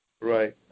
Right